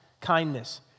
kindness